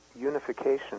unification